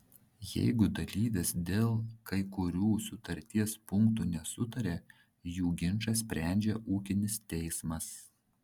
jeigu dalyvės dėl kai kurių sutarties punktų nesutaria jų ginčą sprendžia ūkinis teismas